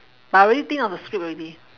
but I already think of the script already